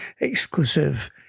exclusive